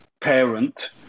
parent